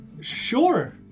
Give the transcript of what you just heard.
Sure